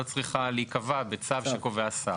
לא צריכה להיקבע בצו שקובע שר.